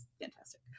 fantastic